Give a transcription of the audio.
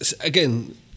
Again